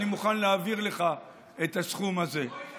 אני מוכן להעביר לך את הסכום הזה.